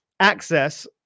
Access